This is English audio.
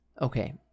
okay